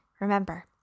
Remember